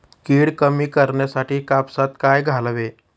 कीड कमी करण्यासाठी कापसात काय घालावे?